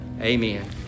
Amen